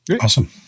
Awesome